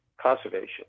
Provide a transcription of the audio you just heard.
Conservation